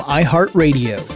iHeartRadio